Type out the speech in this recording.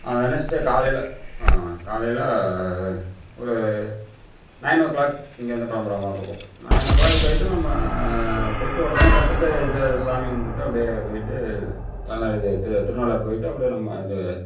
ஆ Wednesday காலையில் ஆ காலையில் ஒரு நைன் ஓ கிளாக் இங்கேருந்து கிளம்பர மாரிருக்கும் நைன் ஓ கிளாக் போய்ட்டு நம்ம போய்ட்டு உடனே பார்த்துட்டு இது சாமி கும்பிட்டுட்டு அப்டியே போய்ட்டு இது திருநள்ளாறு போய்ட்டு அப்டியே நம்ம இது